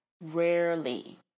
Rarely